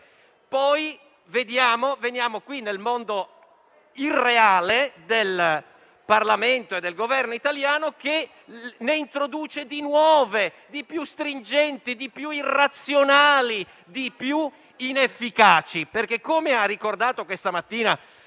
Poi veniamo qui nel mondo irreale del Parlamento e del Governo italiano, che ne introduce di nuove, di più stringenti, di più irrazionali, di più inefficaci. Come ha ricordato questa mattina